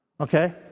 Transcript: Okay